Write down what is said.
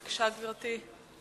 בבקשה, גברתי.